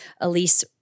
Elise